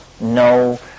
no